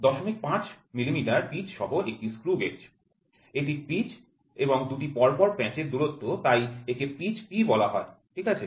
০৫ মিলিমিটারের পিচ সহ একটি স্ক্রু গেজ এটি পিচ এবং দুটি পরপর প্যাঁচ এর দূরত্ব তাই একে পিচ P বলা হয় ঠিক আছে